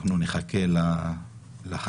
אנחנו נחכה לחקירה